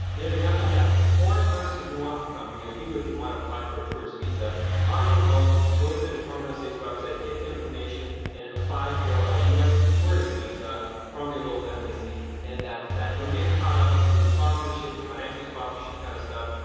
there's none of that. the foreign person who wants to come here, you if you want to apply for a tourist visa on your own, go to the department of state's website, get their information and apply for a u s. tourist visa from your local embassy and that's that. don't get caught up in this sponsorship and financial sponsorship kind of stuff.